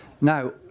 Now